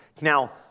Now